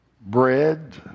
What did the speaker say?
bread